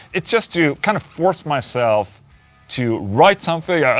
it's just to kind of force myself to write something yeah